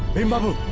a model?